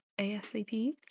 ASAP